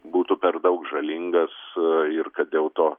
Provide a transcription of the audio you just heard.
būtų per daug žalingas ir kad dėl to